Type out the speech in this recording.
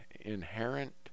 inherent